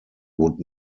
would